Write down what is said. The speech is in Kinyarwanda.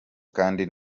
kandi